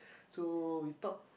so we talk